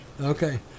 Okay